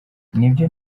nibyo